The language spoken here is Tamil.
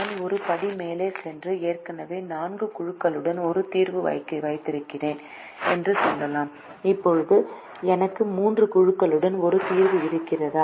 நாம் ஒரு படி மேலே சென்று ஏற்கனவே 4 குழுக்களுடன் ஒரு தீர்வு வைத்திருக்கிறேன் என்று சொல்லலாம் இப்போது எனக்கு 3 குழுக்களுடன் ஒரு தீர்வு இருக்கிறதா